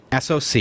SOC